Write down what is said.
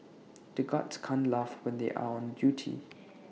the guards can't laugh when they are on duty